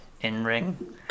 in-ring